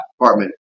apartment